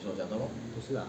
不是啦